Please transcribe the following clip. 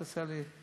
אל תעשה לי,